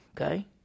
Okay